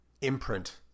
imprint